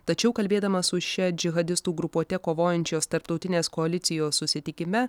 tačiau kalbėdamas su šia džihadistų grupuote kovojančios tarptautinės koalicijos susitikime